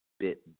bit